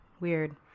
Weird